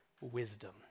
wisdom